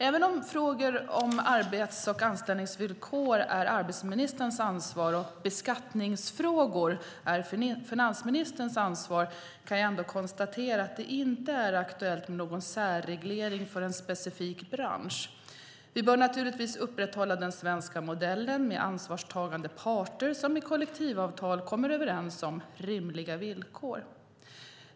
Även om frågor om arbets och anställningsvillkor är arbetsmarknadsministerns ansvar och beskattningsfrågor är finansministerns ansvar kan jag konstatera att det inte är aktuellt med någon särreglering för en specifik bransch. Vi bör naturligtvis upprätthålla den svenska modellen med ansvarstagande parter som i kollektivavtal kommer överens om rimliga villkor.